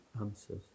answers